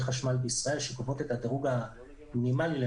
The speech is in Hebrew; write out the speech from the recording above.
חשמל בישראל שקובעות את הדירוג המינימאלי של